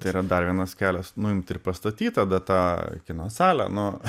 yra dar vienas kelias nuimti ir pastatyt tada tą kino salę nu